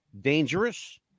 dangerous